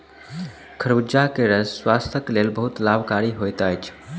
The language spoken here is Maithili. खरबूजा के रस स्वास्थक लेल बहुत लाभकारी होइत अछि